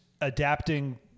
adapting